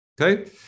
Okay